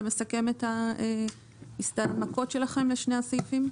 מסכם את ההנמקות שלכם לשני הסעיפים?